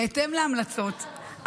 בהתאם להמלצות,